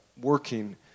working